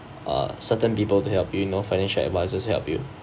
err certain people to help you you know financial advisors to help you